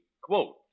quote